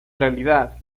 realidad